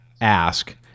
ask